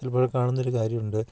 ചിലപ്പോഴൊക്കെ കാണുന്ന ഒരു കാര്യം ഉണ്ട്